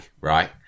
right